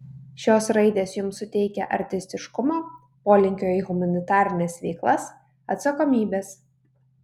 šios raidės jums suteikia artistiškumo polinkio į humanitarines veiklas atsakomybės